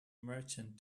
merchant